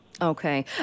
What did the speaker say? Okay